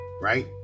right